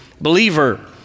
believer